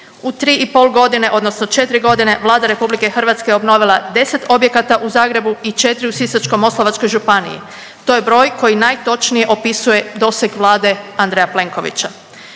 i pol godine odnosno 4.g. Vlada RH je obnovila 10 objekata u Zagrebu i 4 u Sisačko-moslavačkoj županiji. To je broj koji najtočnije opisuje doseg Vlade Andreja Plenkovića.